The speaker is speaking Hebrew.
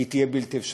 תהיה בלתי אפשרית.